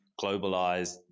globalized